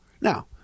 Now